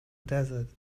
desert